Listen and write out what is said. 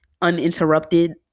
uninterrupted